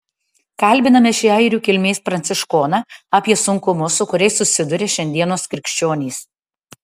kalbiname šį airių kilmės pranciškoną apie sunkumus su kuriais susiduria šiandienos krikščionys